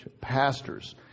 pastors